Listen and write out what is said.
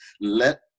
let